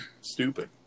stupid